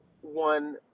one